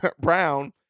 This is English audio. Brown